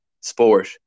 sport